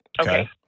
Okay